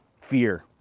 fear